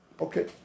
Okay